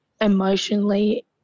emotionally